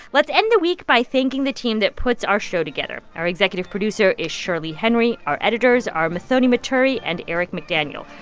let's end the week by thanking the team that puts our show together. our executive producer is shirley henry. our editors are muthoni muturi and eric mcdaniel.